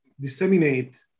disseminate